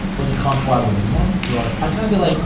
but you can't collab with anyone. right. i'd kinda be like,